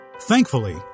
thankfully